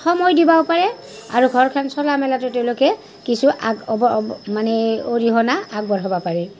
সময় দিবাও পাৰে আৰু ঘৰখন চলা মেলাতো তেওঁলোকে কিছু আগ অৱ অৱ মানে অৰিহণা আগবঢ়াব পাৰে